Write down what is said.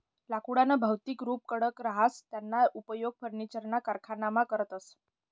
लाकुडनं भौतिक रुप कडक रहास त्याना उपेग फर्निचरना कारखानामा करतस